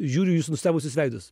žiūriu į jūsų nustebusius veidus